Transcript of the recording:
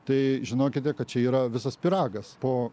tai žinokite kad čia yra visas pyragas po